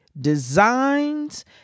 designs